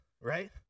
right